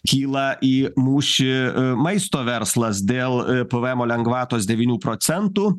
kyla į mūšį maisto verslas dėl pvmo lengvatos devynių procentų